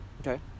Okay